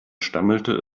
stammelte